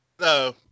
no